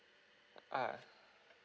ah